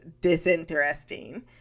disinteresting